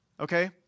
Okay